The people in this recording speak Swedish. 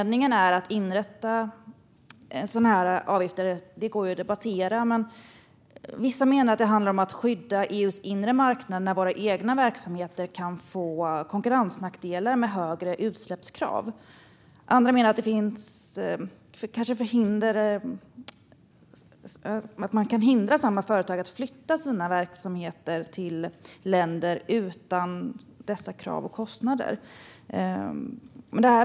Det går att debattera anledningen till att man inrättar sådana här avgifter. Vissa menar att det handlar om att skydda EU:s inre marknad när våra egna verksamheter kan få konkurrensnackdelar med högre utsläppskrav. Andra menar att det handlar om att hindra företag att flytta sina verksamheter till länder utan dessa krav och kostnader.